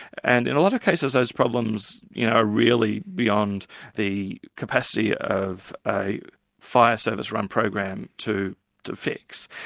and in a lot of cases those problems are really beyond the capacity of a fire service-run program to to fix.